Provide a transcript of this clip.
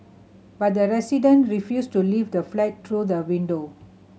but the resident refused to leave the flat through the window